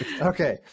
Okay